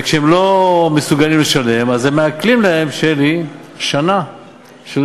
וכשהם לא מסוגלים לשלם, הם מעקלים להם שנה של